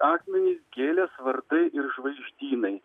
akmenys gėlės vardai ir žvaigždynai